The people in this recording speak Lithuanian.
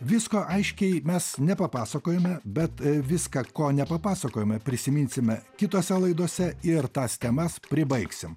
visko aiškiai mes nepapasakojome bet viską ko nepapasakojome prisiminsime kitose laidose ir tas temas pribaigsim